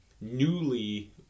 Newly